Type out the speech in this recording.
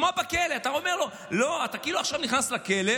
אתה אומר לו: לא, אתה כאילו נכנס עכשיו לכלא,